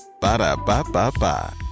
Ba-da-ba-ba-ba